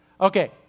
Okay